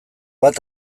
bat